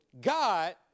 God